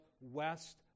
west